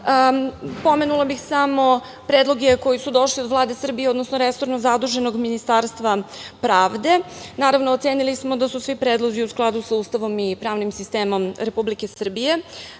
Pomenula bih samo predloge koji su došli od Vlade Srbije, odnosno resorno zaduženog Ministarstva pravde. Naravno, ocenili smo da su svi predlozi u skladu sa Ustavom i pravnim sistemom Republike Srbije. Želim